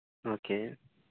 okay